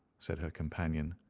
said her companion.